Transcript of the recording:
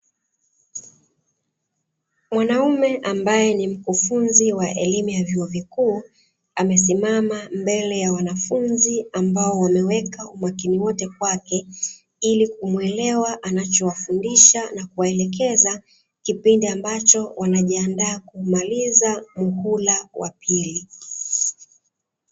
Mwanaume ambaye ni mkufunzi wa elimu ya vyuo vikuu, amesimama mbele ya wanafunzi ambao wameweka umakini wote kwake ili kumuelewa anachowafundisha na kuwaelekeza kipindi ambacho wanajiandaa kumaliza muhula wa pili.